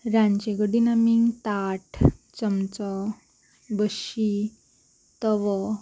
रांदचे कुडीन आमी ताट चमचो बशी तवो